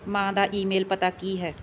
ਮਾਂ ਦਾ ਈਮੇਲ ਪਤਾ ਕੀ ਹੈ